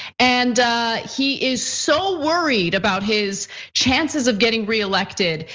and he is so worried about his chances of getting reelected,